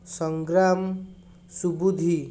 Sangram Subuddhi